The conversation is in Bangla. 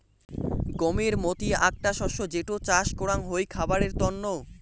গমের মতি আকটা শস্য যেটো চাস করাঙ হই খাবারের তন্ন